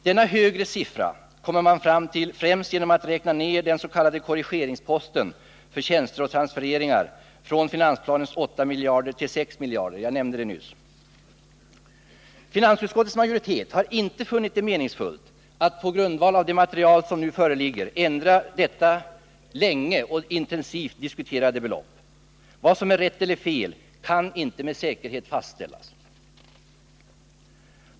Denna högre siffra kommer man fram till ffträmst genom att räkna ner den s.k. korrigeringsposten för tjänster och transfereringar från finansplanens 8 miljarder till 6 miljarder kronor. Finansutskottets majoritet har inte funnit det meningsfullt att på grundval av det material som nu föreligger ändra detta länge och intensivt diskuterade belopp. Vad som är rätt eller fel kan inte med säkerhet fastställas.